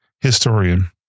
historian